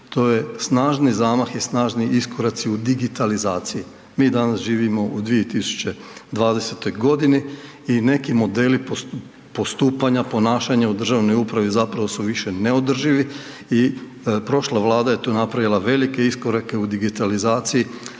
to je snažni zamah i snažni iskoraci u digitalizaciji. Mi danas živimo u 2020. g. i neki modeli postupanja, ponašanja u državnoj upravi zapravo su više neodrživi i prošla Vlada je tu napravila velike iskorake u digitalizaciji